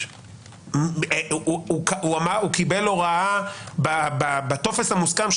או נניח שהוא קיבל הוראה בטופס המוסכם,